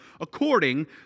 according